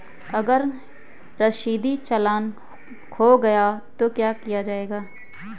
अगर रसीदी चालान खो गया तो क्या किया जाए?